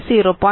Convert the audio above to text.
75